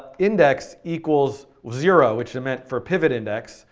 index equals zero, which i meant for pivotindex,